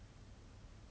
daily day life